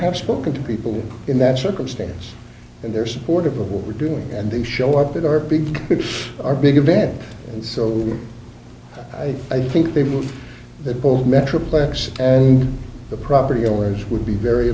have spoken to people in that circumstance and they're supportive of what we're doing and they show up at our big our big event and so i think they believe that metroparks the property owners would be very